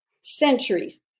centuries